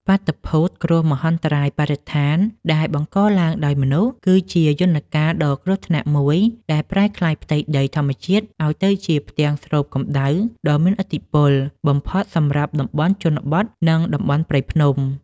បាតុភូត គ្រោះមហន្តរាយបរិស្ថានដែលបង្កឡើងដោយមនុស្ស គឺជាយន្តការដ៏គ្រោះថ្នាក់មួយដែលប្រែក្លាយផ្ទៃដីធម្មជាតិឱ្យទៅជាផ្ទាំងស្រូបកម្ដៅដ៏មានឥទ្ធិពលបំផុតសម្រាប់តំបន់ជនបទ និងតំបន់ព្រៃភ្នំ។